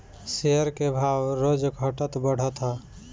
share के भाव रोज घटत बढ़त हअ